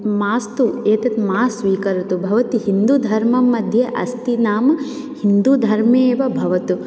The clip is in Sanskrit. मास्तु एतत् मा स्वीकरोतु भवती हिन्दूधर्मं मध्ये अस्ति नाम हिन्दूधर्मे एव भवतु